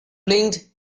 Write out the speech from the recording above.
blinked